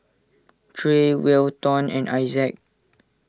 Trey Welton and Isaac